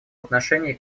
отношении